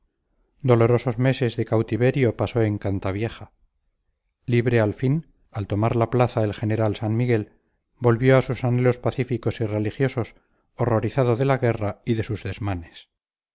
dolorosos meses de cautiverio pasó en cantavieja libre al fin al tomar la plaza el general san miguel volvió a sus anhelos pacíficos y religiosos horrorizado de la guerra y de sus desmanes